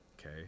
Okay